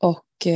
Och